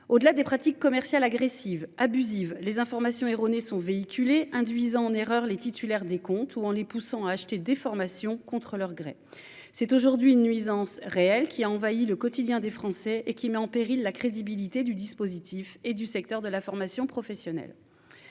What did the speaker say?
au-delà des pratiques commerciales agressives abusive les informations erronées sont véhiculées induisant en erreur les titulaires des comptes ou en les poussant à acheter des formations contre leur gré. C'est aujourd'hui une nuisance réelle qui a envahi le quotidien des Français et qui met en péril la crédibilité du dispositif et du secteur de la formation professionnelle.